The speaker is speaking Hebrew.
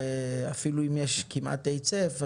ואפילו אם יש כמעט היצף,